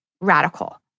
radical